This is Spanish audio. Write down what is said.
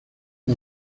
las